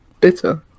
bitter